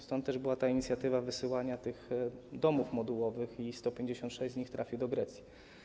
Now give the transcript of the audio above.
Stąd też była ta inicjatywa wysyłania tych domów modułowych i 156 z nich trafi do Grecji.